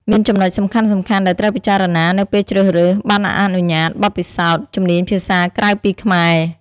មានចំណុចសំខាន់ៗដែលត្រូវពិចារណានៅពេលជ្រើសរើស ប័ណ្ណអនុញ្ញាត បទពិសោធន៍ ជំនាញភាសាក្រៅពីខ្មែរ។